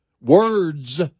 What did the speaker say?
Words